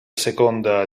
seconda